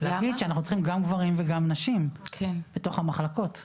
להגיד שאנחנו צריכים גם גברים וגם נשים בתוך המחלקות.